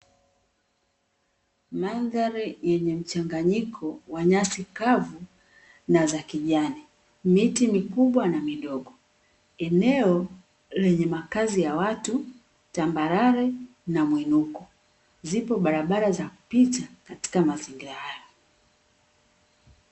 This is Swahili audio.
Mandhari yenye mchanganyiko wa nyasi kavu na za kijani, miti mikubwa na midogo, eneo lenye makazi ya watu, tambarare na mwinuko zipo barabara za kupita katika mazingira haya.